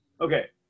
Okay